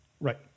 Right